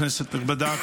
כנסת נכבדה,